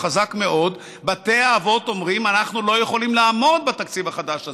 חזק מאוד: אנחנו לא יכולים לעמוד בתקציב החדש הזה.